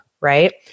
right